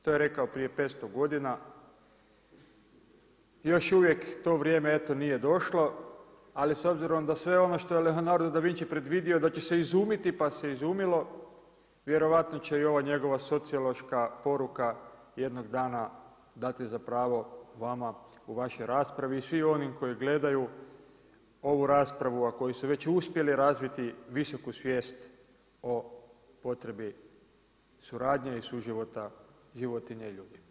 To je rekao prije 500 godina i još uvijek to vrijeme eto nije došlo, ali s obzirom da sve ono što je Leonardo Da Vinci predvidio da će se izumiti, pa se izumilo, vjerojatno će i ova njegova socijaloška poruka, jednog dana dati za pravo vama u vašoj raspravi i svi onim koji gledaju ovu raspravu, a koji su već uspjeli razviti visoku svijest o potrebi suradnje i suživota životinja i ljudi.